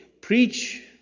preach